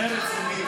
זה רציני?